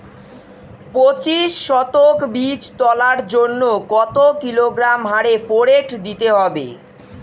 পঁচিশ শতক বীজ তলার জন্য কত কিলোগ্রাম হারে ফোরেট দিতে হবে?